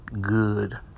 good